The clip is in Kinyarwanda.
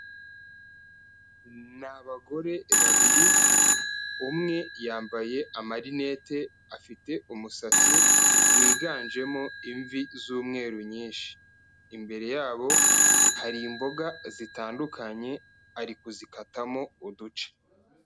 Ni abagore babiri, umwe yambaye amarinete afite umusatsi wiganjemo imvi z'umweru nyinshi, imbere yabo hari imboga zitandukanye, ari kuzikatamo uduce.